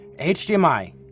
HDMI